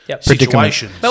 situations